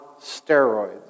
steroids